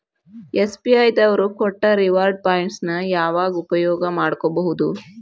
SBI ದವ್ರು ಕೊಟ್ಟ reward points ನ ಯಾವಾಗ ಉಪಯೋಗ ಮಾಡ್ಕೋಬಹುದು?